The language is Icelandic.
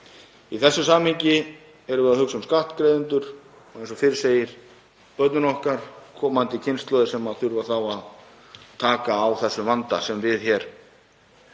Í þessu samhengi erum við að hugsa um skattgreiðendur, eins og fyrr segir, börnin okkar og komandi kynslóðir sem þurfa þá að taka á þessum vanda sem við hér